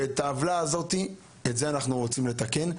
את העוולה הזאת, את זה אנחנו רוצים לתקן.